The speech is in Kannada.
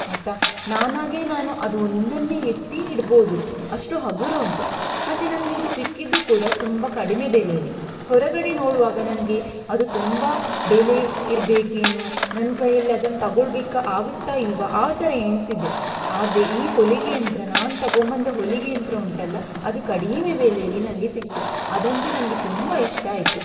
ಆಯಿತಾ ನಾನಾಗೆ ನಾನು ಅದು ಒಂದನ್ನೇ ಎತ್ತಿ ಇಡಬಹುದು ಅಷ್ಟು ಹಗುರ ಉಂಟು ಮತ್ತು ನನಗೆ ಇದು ಸಿಕ್ಕಿದ್ದು ಕೂಡ ತುಂಬ ಕಡಿಮೆ ಬೆಲೆಯಲ್ಲಿ ಹೊರಗಡೆ ನೋಡುವಾಗ ನನಗೆ ಅದು ತುಂಬ ಬೆಲೆ ಇರಬೇಕೇನೋ ನನ್ನ ಕೈಯಲ್ಲಿ ಅದನ್ನು ತಗೊಳ್ಲಿಕ್ಕೆ ಆಗುತ್ತಾ ಇಲ್ವಾ ಆ ಥರ ಎಣಿಸಿದ್ದೆ ಆದರೆ ಈ ಹೊಲಿಗೆ ಯಂತ್ರ ನಾನು ತಗೊಂಬಂದ ಹೊಲಿಗೆ ಯಂತ್ರ ಉಂಟಲ್ಲ ಅದು ಕಡಿಮೆ ಬೆಲೆಯಲ್ಲಿ ನನಗೆ ಸಿಕ್ತು ಅದಂತು ನನಗೆ ತುಂಬ ಇಷ್ಟ ಆಯಿತು